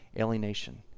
alienation